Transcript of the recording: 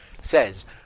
says